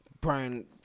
Brian